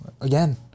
again